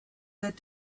that